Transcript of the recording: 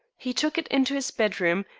he took it into his bedroom,